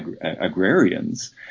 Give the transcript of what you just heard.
agrarians